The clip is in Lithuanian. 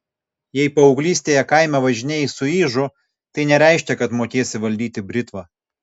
jei paauglystėje kaime važinėjai su ižu tai nereiškia kad mokėsi valdyti britvą